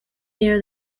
near